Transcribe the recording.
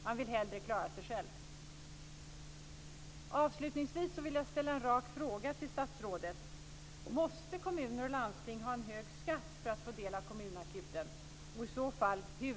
Man vill hellre klara sig själv.